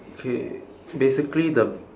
okay basically the